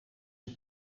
een